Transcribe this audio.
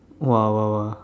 !wah! !wah! !wah!